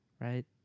right